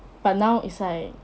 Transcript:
but now is like